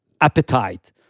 appetite